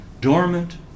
dormant